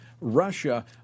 Russia